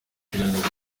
tugerageza